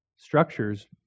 Structures